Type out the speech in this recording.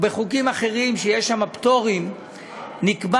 בחוקים אחרים שיש בהם פטורים נקבע